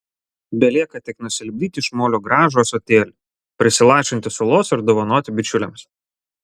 belieka tik nusilipdyti iš molio gražų ąsotėlį prisilašinti sulos ir dovanoti bičiuliams